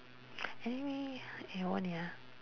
anyway eh wen ya